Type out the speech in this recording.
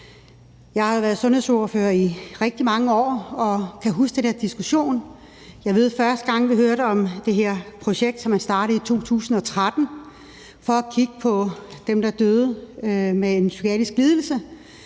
Jeg har været sundhedsordfører i rigtig mange år og kan huske den her diskussion. Jeg ved, at første gang vi hørte om det her projekt, som er startet i 2013 med henblik på at kigge på dem, der døde med en psykiatrisk lidelse,